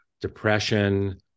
depression